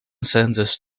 sentenced